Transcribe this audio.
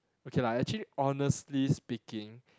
okay lah actually honestly speaking